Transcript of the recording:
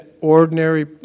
ordinary